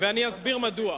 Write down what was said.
ואני אסביר מדוע.